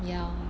ya